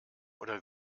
oder